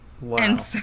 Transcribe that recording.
Wow